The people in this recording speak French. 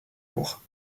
lourds